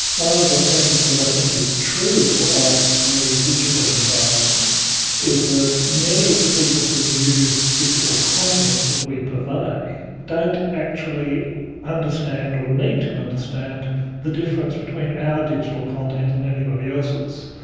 one of the things that i think is true of the digital environment is that many of the people who use digital content that we purvey don't actually understand or need to understand the difference between our digital content and anybody else's.